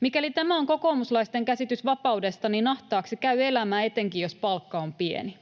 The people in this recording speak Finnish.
Mikäli tämä on kokoomuslaisten käsitys vapaudesta, niin ahtaaksi käy elämä etenkin, jos palkka on pieni.